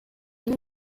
noms